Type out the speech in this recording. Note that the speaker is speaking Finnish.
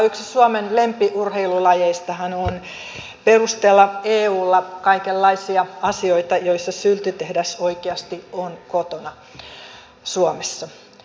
yksi suomen lempiurheilulajeistahan on perustella eulla kaikenlaisia asioita joissa sylttytehdas oikeasti on kotona suomessa